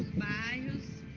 mice